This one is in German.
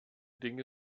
dinge